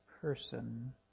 person